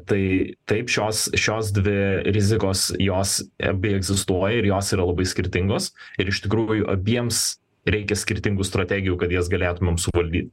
tai taip šios šios dvi rizikos jos abi egzistuoja ir jos yra labai skirtingos ir iš tikrųjų abiems reikia skirtingų strategijų kad jas galėtumėm suvaldyt